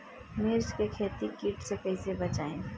मिर्च के खेती कीट से कइसे बचाई?